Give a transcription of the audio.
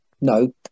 No